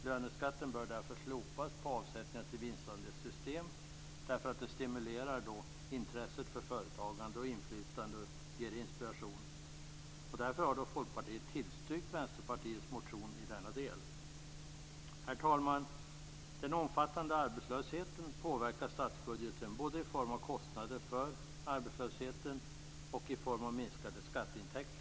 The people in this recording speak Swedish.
Löneskatten bör således slopas på avsättningar till vinstandelssystem just genom att sådant stimulerar intresset för företagande och inflytande samt ger inspiration. Därför har vi i Folkpartiet tillstyrkt Vänsterpartiets motion i denna del. Herr talman! Den omfattande arbetslösheten påverkar statsbudgeten både i form av kostnader för arbetslösheten och i form av minskade skatteintäkter.